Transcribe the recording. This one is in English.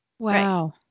Wow